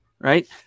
Right